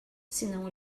senão